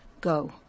go